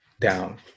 down